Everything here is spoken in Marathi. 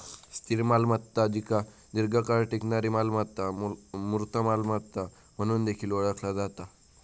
स्थिर मालमत्ता जिका दीर्घकाळ टिकणारी मालमत्ता, मूर्त मालमत्ता म्हणून देखील ओळखला जाता